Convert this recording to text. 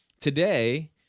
today